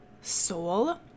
soul